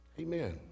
Amen